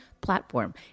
platform